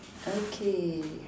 okay